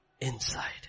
inside